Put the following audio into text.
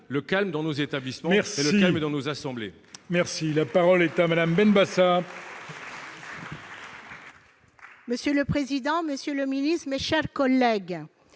le calme dans nos établissements et dans nos assemblées